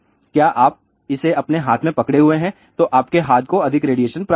क्या आप इसे अपने हाथ में पकड़े हुए हैं तो आपके हाथ को अधिक रेडिएशन प्राप्त होगा